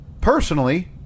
Personally